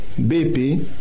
BP